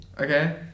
Okay